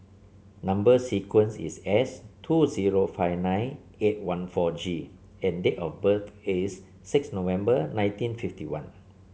number sequence is S two zero five nine eight one four G and date of birth is six November nineteen fifty one